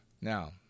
Now